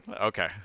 Okay